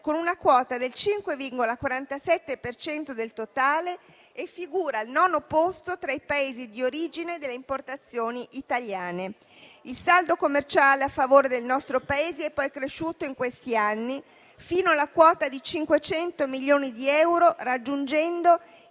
con una quota del 5,47 per cento del totale e figura al nono posto tra i Paesi di origine delle importazioni italiane. Il saldo commerciale a favore del nostro Paese è poi cresciuto in questi anni fino alla quota di 500 milioni di euro, raggiungendo